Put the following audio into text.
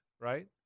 right